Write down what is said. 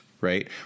right